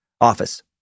Office